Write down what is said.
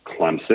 Clemson